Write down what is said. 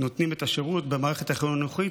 שנותנים את השירות במערכת החינוכית,